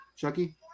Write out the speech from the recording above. Chucky